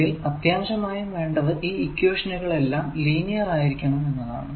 ഇതിൽ അത്യാവശ്യമായും വേണ്ടത് ഈ ഇക്വേഷനുകൾ എല്ലാം ലീനിയർ ആയിരിക്കണം എന്നതാണ്